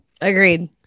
Agreed